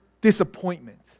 disappointment